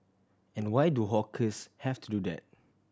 and why do hawkers have to do that